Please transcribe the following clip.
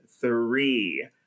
three